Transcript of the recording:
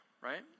right